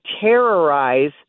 terrorize